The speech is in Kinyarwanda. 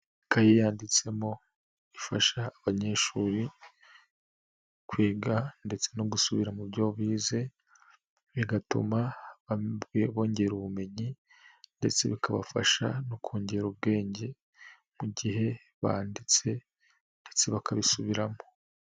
Ikayi yanditsemo ifasha abanyeshuri kwiga ndetse no gusubira mu byo bize bigatuma bongera ubumenyi ndetse bikabafasha no kongera ubwenge mu gihe banditse ndetse bakabisubiramo.